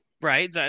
Right